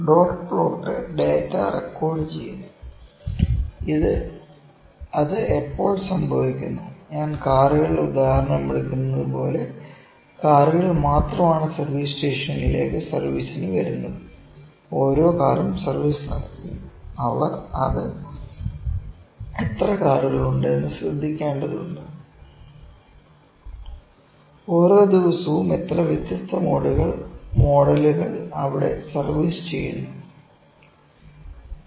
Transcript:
dot plot data record ചെയ്യുന്നു അത് എപ്പോൾ സംഭവിക്കുന്നു ഞാൻ കാറുകളുടെ ഉദാഹരണം എടുക്കുന്നതുപോലെ കാറുകൾ മാത്രമാണ് സർവീസ് സ്റ്റേഷനുകളിലേക്ക് സർവീസ് വരുന്നത് ഓരോ കാറും സർവീസ് നടത്തുന്നു അവർ അത് എത്ര കാറുകൾ ഉണ്ട് എന്ന് ശ്രദ്ധിക്കേണ്ടതുണ്ട് ഓരോ ദിവസവും എത്ര വ്യത്യസ്ത മോഡലുകൾ അവിടെ സർവീസ് ചെയ്യുന്നുണ്ട്